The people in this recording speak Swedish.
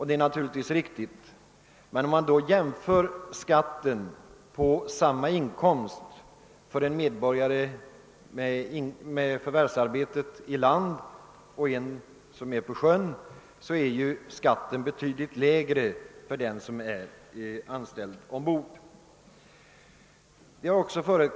Det är naturligtvis riktigt, men om vi jämför skatten på samma inkomst för en person som har förvärvsarbete i land och för en sjöman, finner vi att skatten är betydligt lägre för den som är anställd ombord.